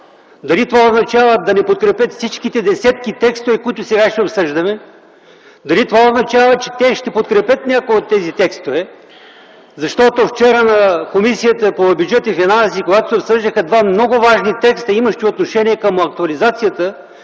дали това означава, че няма да подкрепят всичките десетки текстове, които сега обсъждаме, или означава, че ще подкрепят някои от тези текстове. Вчера на заседанието на Комисията по бюджет и финанси, когато се обсъждаха два много важни текста, имащи отношение към актуализацията,